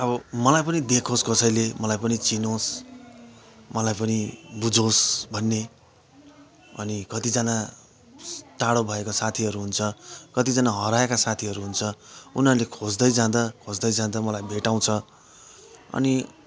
अब मलाई पनि देखोस् कसैले मलाई पनि चिनोस् मलाई पनि बुझोस् भन्ने अनि कतिजना टाढो भएका साथीहरू हुन्छ कतिजना हराएका साथीहरू हुन्छ उनीहरूले खोज्दै जाँदा खोज्दै जाँदा मलाई भेटाउँछ अनि